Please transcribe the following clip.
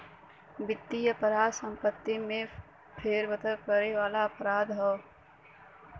वित्तीय अपराध संपत्ति में फेरबदल करे वाला अपराध हौ